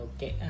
Okay